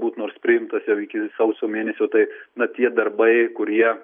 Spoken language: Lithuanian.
būt nors priimtas jau iki sausio mėnesio tai na tie darbai kurie